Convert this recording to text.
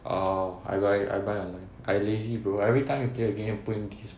orh I buy I buy online I lazy bro everytime you play a game put in disc